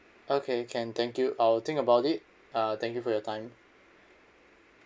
okay can thank you I will think about it uh thank you for your time